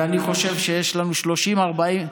ואני חושב שיש לנו 30 40,